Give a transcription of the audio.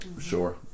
Sure